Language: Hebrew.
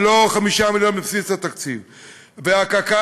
ולא 5 מיליון בבסיס התקציב; וקק"ל,